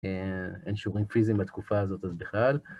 אין שורים פיזיים בתקופה הזאת אז בכלל.